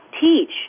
teach